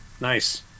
Nice